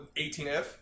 18F